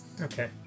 Okay